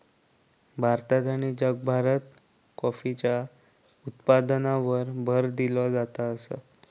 भारतात आणि जगभरात कॉफीच्या उत्पादनावर भर दिलो जात आसा